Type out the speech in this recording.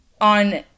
on